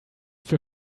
für